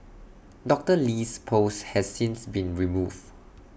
Doctor Lee's post has since been removes